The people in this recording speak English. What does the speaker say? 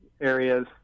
areas